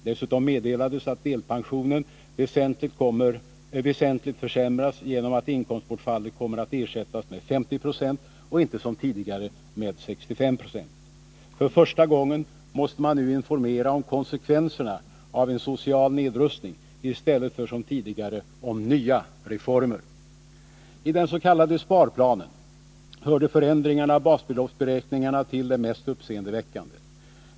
Dessutom meddelades att delpensionen väsentligt försämras genom att inkomstbortfallet kommer att ersättas med 50 26 och inte som tidigare med 65 96. För första gången måste man nu informera om konsekvenserna av en social nedrustning i stället för som tidigare om nya reformer. I dens.k. sparplanen hörde förändringen av basbeloppsberäkningarna till det mest uppseendeväckande.